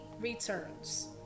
returns